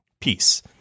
peace